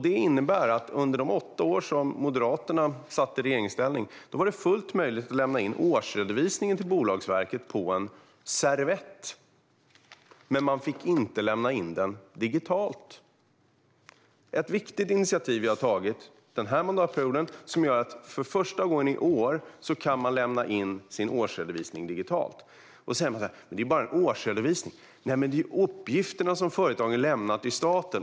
Det innebär att under de åtta år som Moderaterna satt i regeringsställning var det fullt möjligt att lämna in årsredovisningen till Bolagsverket på en servett. Men man fick inte lämna in den digitalt. Ett viktigt initiativ som vi har tagit den här mandatperioden gör att man i år för första gången kan lämna in sin årsredovisning digitalt. Då kan man säga att det bara är en årsredovisning. Men det handlar ju om uppgifterna som företagen lämnar till staten.